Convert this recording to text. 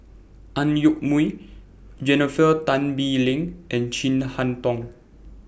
Ang Yoke Mooi Jennifer Tan Bee Leng and Chin Harn Tong